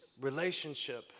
relationship